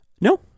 No